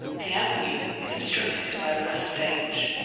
the avenue is obstructed by a rough stage,